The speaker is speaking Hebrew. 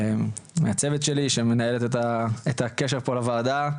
מהצוות שלי, שמנהלת את הקשר פה לוועדה,